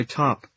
top